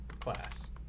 class